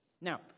Now